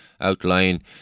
Outline